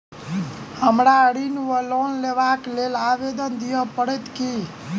हमरा ऋण वा लोन लेबाक लेल आवेदन दिय पड़त की?